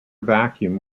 vacuum